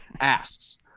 asks